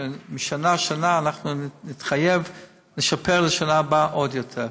שמשנה לשנה אנחנו נתחייב לשפר בשנה הבאה עוד יותר.